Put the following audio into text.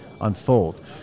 unfold